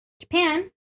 Japan